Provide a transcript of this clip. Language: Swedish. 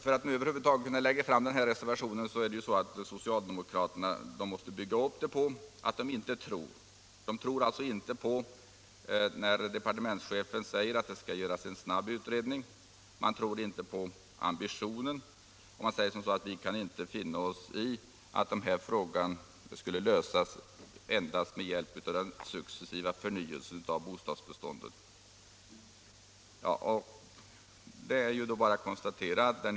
För att över huvud taget kunna lägga fram den här reservationen har socialdemokraterna måst bygga upp argumentationen på att de inte tror på departementschefens uttalande att det skall göras en snabb utredning och på att de inte heller tror på ambitionen. De säger att de inte kan finna sig i att den här frågan skall lösas endast med hjälp av den successiva förnyelsen av bostadsbeståndet. Det är då bara att konstatera den skillnaden.